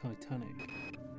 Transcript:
Titanic